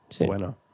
Bueno